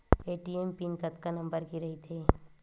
ATM PIN कतका number के रही थे?